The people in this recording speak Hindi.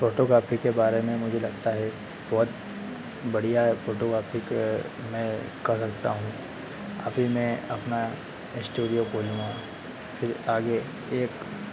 फ़ोटोकॉपी के बारे में मुझे लगता है बहुत बढ़ियाँ फ़ोटोकॉपी मैं कर सकता हूँ अभी मैं अपना स्टूडियो खोलूँगा क्योंकि आगे एक